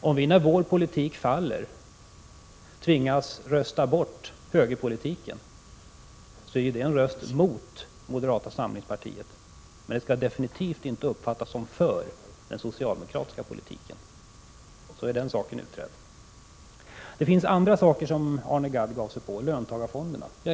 Om vi, när vår politik faller, tvingas rösta bort högerpolitiken är det en röst mot moderata samlingspartiet, men det skall definitivt inte uppfattas som en röst för den socialdemokratiska politiken. Så är den saken utredd. Arne Gadd gav sig också in på andra saker, t.ex. löntagarfonderna.